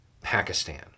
Pakistan